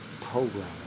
programming